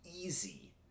easy